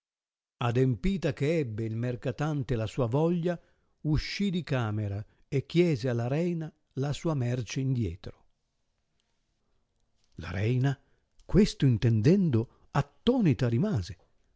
adempita che ebbe il mercatante la sua voglia uscì di camera e chiese alla reina la sua merce in dietro la reina questo intendendo attonita rimase